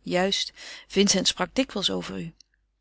juist vincent sprak dikwijls over u